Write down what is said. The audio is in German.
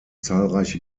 zahlreiche